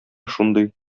шундый